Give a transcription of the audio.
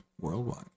worldwide